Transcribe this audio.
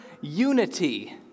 unity